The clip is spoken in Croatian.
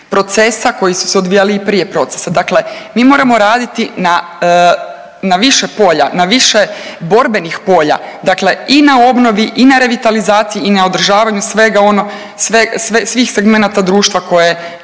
procesa koji su se odvijali i prije procesa. Dakle mi moramo raditi na više polja, na više borbenih polja, dakle i na obnovi i na revitalizaciji i na održavanju svega .../Govornik